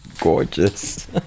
Gorgeous